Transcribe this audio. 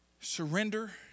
surrender